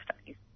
studies